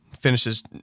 finishes